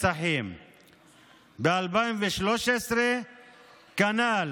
ב-2013 כנ"ל,